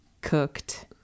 cooked